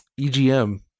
EGM